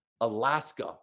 Alaska